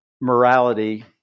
morality